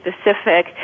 specific